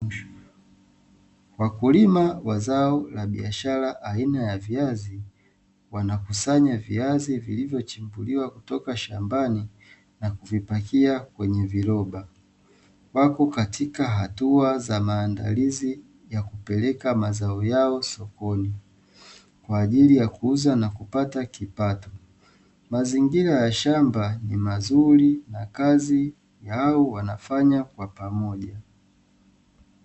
Wakulima wa zao la biashara aina ya viazi, wanakusanya viazi vilivyochimbuliwa kutoka shambani na kuvipakia kwenye viloba, wapo katika hatua za maandalizi ya kupeleka mazao yao sokoni, kwa ajili ya kuuza na kupata kipato, mazingira ya shamba ni mazuri na kazi yao wanafanya kwa pamoja.